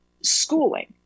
schooling